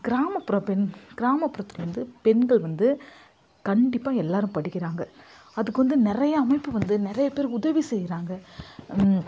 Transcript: கிராமப்புற பெண் கிராமபுறத்தில் வந்து பெண்கள் வந்து கண்டிப்பாக எல்லாரும் படிக்கிறாங்க அதுக்கு வந்து நிறைய அமைப்பு வந்து நிறைய பேர் வந்து உதவி செய்கிறாங்க